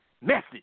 message